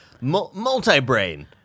multi-brain